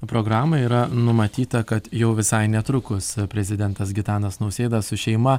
programą yra numatyta kad jau visai netrukus prezidentas gitanas nausėda su šeima